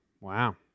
Wow